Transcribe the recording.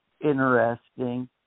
interesting